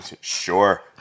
sure